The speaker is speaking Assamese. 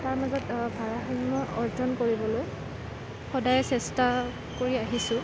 তাৰ মাজত ভাৰসাম্য় অৰ্জন কৰিবলৈ সদায় চেষ্টা কৰি আহিছোঁ